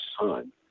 son